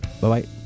Bye-bye